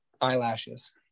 eyelashes